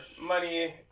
Money